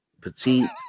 petite